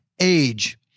age